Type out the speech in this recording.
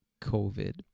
COVID